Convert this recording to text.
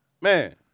man